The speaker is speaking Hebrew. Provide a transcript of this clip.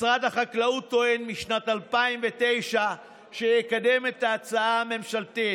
משרד החקלאות טוען משנת 2009 שיקדם את ההצעה הממשלתית,